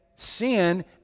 Sin